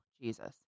Jesus